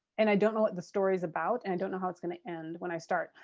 and i don't know what the story is about and i don't know how it's going to end when i start.